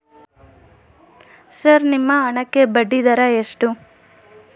Sir ನಿಮ್ಮ ಹಣಕ್ಕೆ ಬಡ್ಡಿದರ ಎಷ್ಟು?